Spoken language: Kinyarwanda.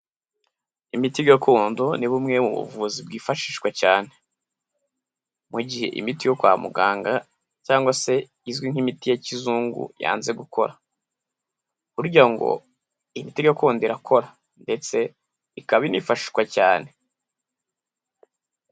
Imiti gakondo, ni bumwe mu buvuzi bwifashishwa cyane, mu gihe imiti yo kwa muganga cyangwa se izwi nk'imiti ya kizungu yanze gukora. Burya ngo imiti gakondo irakora ndetse ikaba inifashishwa cyane.